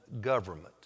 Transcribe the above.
government